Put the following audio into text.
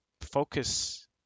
focus